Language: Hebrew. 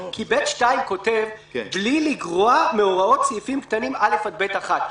כי (ב2) אומר: "בלי לגרוע מהוראות סעיפים קטנים (א) עד (ב1).